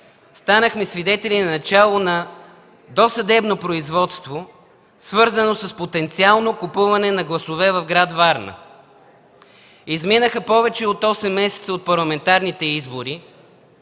станахме свидетели на начало на досъдебно производство, свързано с потенциално купуване на гласове в град Варна. Изминаха повече от осем месеца от парламентарните избори,